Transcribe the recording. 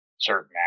certain